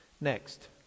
Next